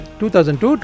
2002